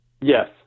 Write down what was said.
Yes